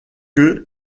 que